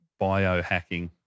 biohacking